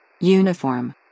Uniform